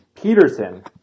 Peterson